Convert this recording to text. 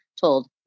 told